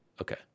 Okay